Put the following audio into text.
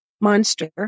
monster